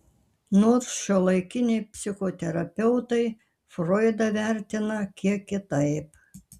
nors šiuolaikiniai psichoterapeutai froidą vertina kiek kitaip